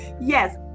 Yes